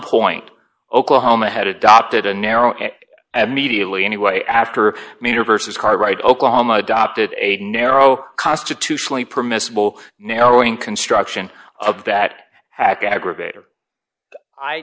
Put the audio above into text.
point oklahoma had adopted a narrow mediately anyway after a major versus hard right oklahoma adopted a narrow constitutionally permissible knowing construction of that hack aggravat